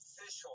official